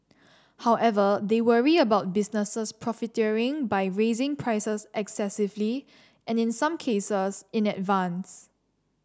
however they worry about businesses profiteering by raising prices excessively and in some cases in advance